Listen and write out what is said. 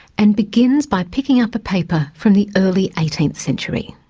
and begins by picking up a paper from the early eighteenth century.